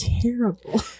terrible